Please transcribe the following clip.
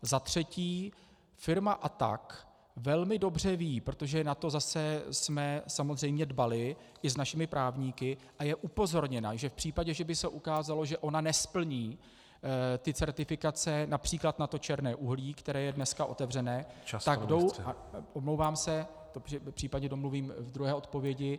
Za třetí, firma Attack velmi dobře ví, protože na to jsme samozřejmě dbali i s našimi právníky, a je upozorněna, že v případě, že by se ukázalo, že ona nesplní ty certifikace např. na to černé uhlí, které je dneska otevřené Omlouvám se, případně domluvím v druhé odpovědi.